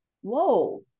whoa